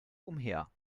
umher